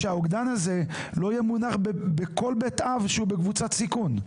צריך שהאוגדן הזה יהיה מונח בכל בית אב שהוא בקבוצת סיכון.